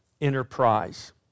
enterprise